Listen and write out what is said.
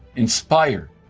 inspire,